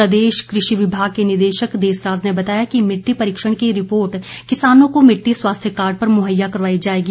प्रदेश कृषि विमाग के निदेशक देसराज ने बताया कि मिट्टी परीक्षण की रिपोर्ट किसानों को मिट्टी स्वास्थ्य कार्ड पर मुहैया करवाई जाएगी